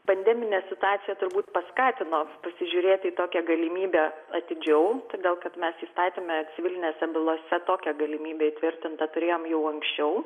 pandeminė situacija turbūt paskatino pasižiūrėti į tokią galimybę atidžiau todėl kad mes įstatyme civilinėse bylose tokią galimybę įtvirtintą turėjom jau anksčiau